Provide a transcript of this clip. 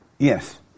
Yes